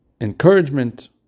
encouragement